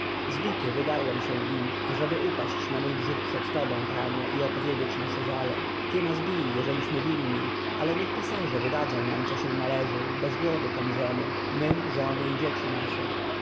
zbity wydarłem się im ażeby upaść na mój brzuch przed tobą panie i opowiedzieć nasze żale ty nas bij jeżeliśmy winni ale niech pisarze wydadzą nam co się należy bo z głodu pomrzemy my żony i dzieci nasze